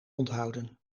onthouden